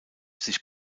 sich